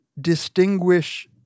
distinguish